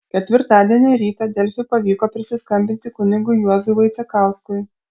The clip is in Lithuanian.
ketvirtadienio rytą delfi pavyko prisiskambinti kunigui juozui vaicekauskui